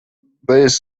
these